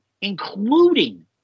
including –